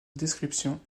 descriptions